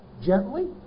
gently